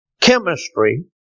chemistry